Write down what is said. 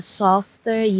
softer